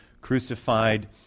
crucified